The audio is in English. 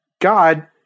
God